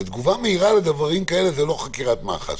ותגובה מהירה לדברים כאלה זה לא חקירת מח"ש.